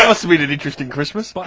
um so i mean and interesting christmas. but